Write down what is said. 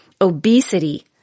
Obesity